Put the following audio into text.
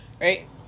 right